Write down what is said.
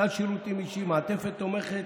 סל שירותים אישיים, מעטפת תומכת,